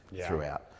throughout